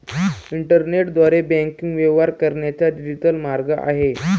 इंटरनेटद्वारे बँकिंग व्यवहार करण्याचा डिजिटल मार्ग आहे